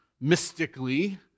mystically